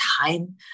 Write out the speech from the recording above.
time